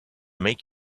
make